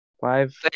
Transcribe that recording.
Five